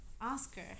Oscar